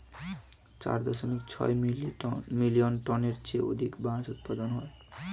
চার দশমিক ছয় মিলিয়ন টনের চেয়ে অধিক বাঁশ উৎপাদন হয়